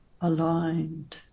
aligned